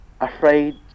afraid